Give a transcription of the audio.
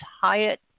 Hyatt